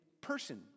person